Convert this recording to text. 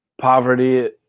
poverty